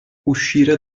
uscire